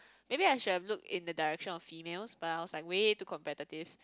maybe I should have looked in the direction of females but I was like way too competitive